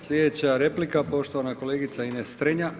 Sljedeća replika poštovana kolegica Ines Strenja.